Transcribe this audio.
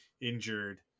injured